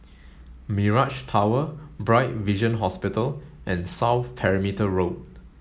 Mirage Tower Bright Vision Hospital and South Perimeter Road